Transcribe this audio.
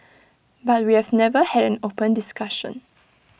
but we have never had an open discussion